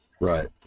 Right